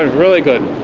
really good!